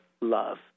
love